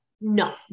No